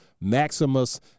Maximus